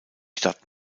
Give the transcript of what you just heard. stadt